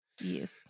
Yes